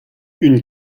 une